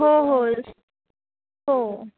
हो हो हो